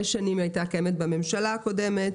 היא הייתה קיימת חמש שנים בממשלה הקודמת.